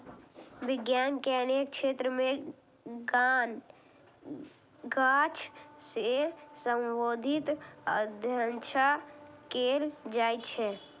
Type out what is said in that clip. विज्ञान के अनेक क्षेत्र मे गाछ सं संबंधित अध्ययन कैल जाइ छै